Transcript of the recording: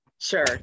Sure